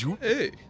Hey